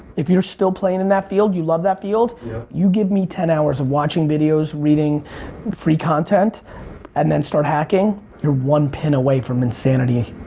if you're still playing in that field, you love that field you give me ten hours of watching videos, reading free content and then start hacking, you're one pin away from insanity.